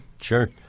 Sure